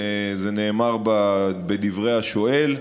זה נאמר בדברי השואל.